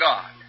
God